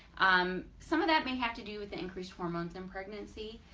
um some of that may have to do with the increase hormones in pregnancy,